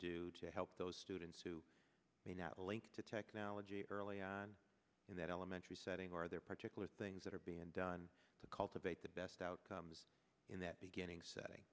do to help those students who may not link to technology early on in that elementary setting or are there particular things that are being done to cultivate the best outcomes in that beginning setting